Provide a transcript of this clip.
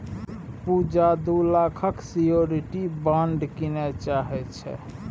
पुजा दु लाखक security bond कीनय चाहै छै